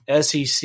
SEC